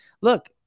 look